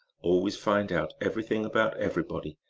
always find out everything about everybody,